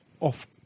off